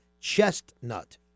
chestnut